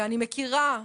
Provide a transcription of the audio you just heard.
ואני מכירה,